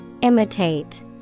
Imitate